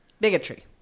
Bigotry